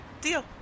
Deal